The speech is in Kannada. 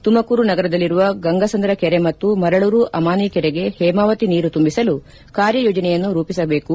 ತುಮಕೂರು ನಗರದಲ್ಲಿರುವ ಗಂಗಸಂದ್ರ ಕೆರೆ ಮತ್ತು ಮರಳೂರು ಅಮಾನಿ ಕೆರೆಗೆ ಹೇಮಾವತಿ ನೀರು ತುಂಬಿಸಲು ಕಾರ್ಯಯೋಜನೆಯನ್ನು ರೂಪಿಸಬೇಕು